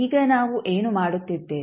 ಈಗ ನಾವು ಏನು ಮಾಡುತ್ತಿದ್ದೇವೆ